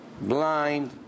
blind